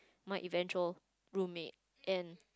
my eventual roommate and